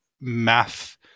math